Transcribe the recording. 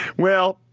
well,